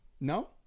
No